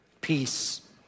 peace